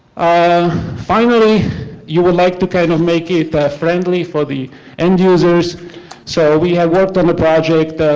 um finally you would like to kind of make it ah friendly for the end users so we have worked on the project